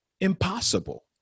impossible